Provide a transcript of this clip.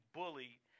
bullied